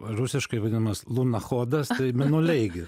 rusiškai vadinamas lunachodas tai mėnuleigi